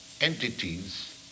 entities